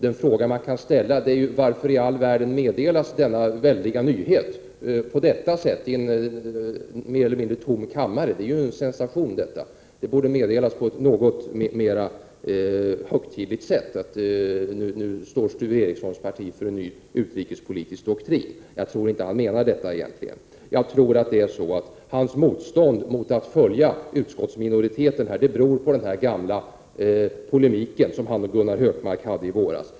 Den fråga som man kan ställa är: Varför i all världen meddelas denna stora nyhet på detta sätt — i en mer eller mindre tom kammare? Det är ju en sensation, och det borde meddelas på ett något mer högtidligt sätt att Sture Ericsons parti nu står för en ny utrikespolitisk doktrin. Men jag tror egentligen inte att han menar detta. Jag tror att det är så att hans motstånd mot att följa utskottsminoriteten beror på den gamla polemiken mellan honom och Gunnar Hökmark i våras.